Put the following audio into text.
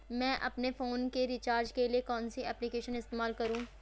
मैं अपने फोन के रिचार्ज के लिए कौन सी एप्लिकेशन इस्तेमाल करूँ?